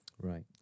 Right